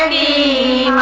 e